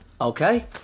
Okay